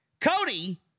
Cody